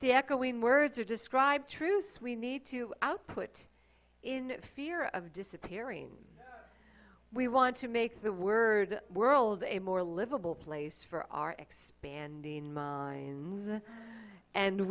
the echoing words or describe truths we need to output in fear of disappearing we want to make the word world a more livable place for our expanding and